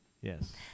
Yes